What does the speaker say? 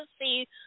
see